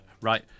right